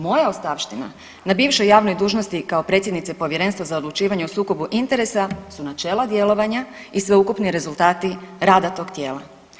Moja ostavština na bivšoj javnoj dužnosti kao predsjednice Povjerenstva za odlučivanje o sukobu interesa su načela djelovanja i sveukupni rezultati rada tog tijela.